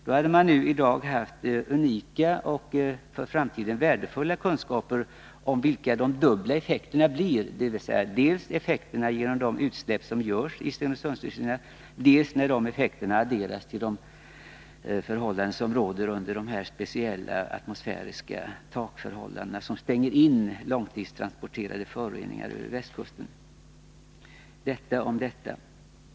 Då hade man i dag haft unika och för framtiden värdefulla kunskaper om de dubbla effekterna av dels de utsläpp som görs av Stenungsundsindustrierna, dels dessa adderade till de förhållanden som råder under de speciella atmosfäriska takförhållanden som stänger in långtidstransporterade föroreningar över västkusten.